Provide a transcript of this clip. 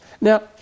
now